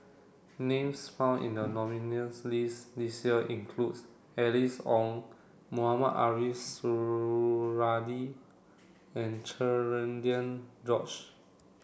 names found in the nominees' list this year include Alice Ong Mohamed Ariff Suradi and Cherian George